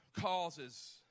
Causes